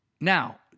Now